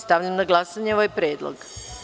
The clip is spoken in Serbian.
Stavljam na glasanje ovaj predlog.